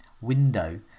window